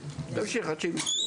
עד שהם ימצאו.